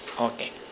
Okay